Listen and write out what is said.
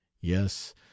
yes